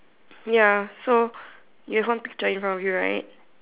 ya so there's one picture in front of you right